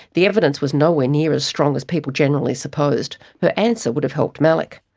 the evidence was nowhere near as strong as people generally supposed. her answer would have helped malik.